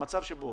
במצב שבו